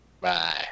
Bye